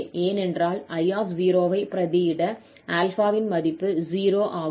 ஏனென்றால் I ஐ பிரதியிட 𝛼 இன் மதிப்பு 0 ஆகும்